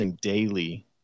daily